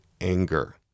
anger